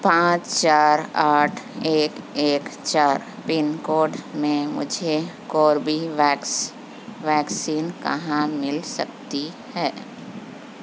پانچ چار آٹھ ایک ایک چار پن کوڈ میں مجھے کوربین ویکس ویکسین کہاں مل سکتی ہے